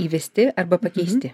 įvesti arba pakeisti